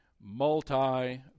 multi